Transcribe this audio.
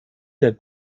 der